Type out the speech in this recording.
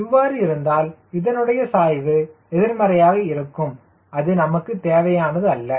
இவ்வாறு இருந்தால் இதனுடைய சாய்வு எதிர்மறையாக இருக்கும் அது நமக்கு தேவையானது அல்ல